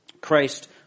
Christ